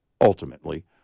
ultimately